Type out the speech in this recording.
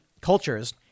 cultures